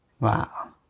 Wow